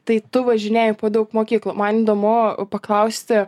tai tu važinėji po daug mokyklų man įdomu paklausti